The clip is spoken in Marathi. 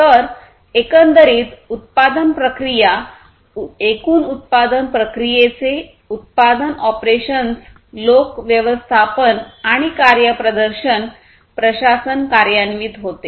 तर एकंदरीत उत्पादन प्रक्रिया एकूण उत्पादन प्रक्रियेचे उत्पादन ऑपरेशन्स लोक व्यवस्थापन आणि कार्यप्रदर्शन प्रशासन कार्यान्वित होते